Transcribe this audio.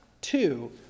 two